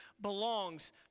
belongs